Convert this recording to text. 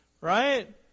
right